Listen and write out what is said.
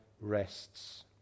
rests